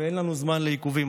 ואין לנו זמן לעיכובים,